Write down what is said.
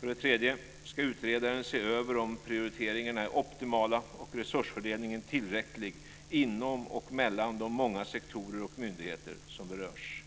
För det tredje ska utredaren se över om prioriteringarna är optimala och resurstilldelningen tillräcklig inom och mellan de många sektorer och myndigheter som berörs.